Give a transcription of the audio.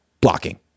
Blocking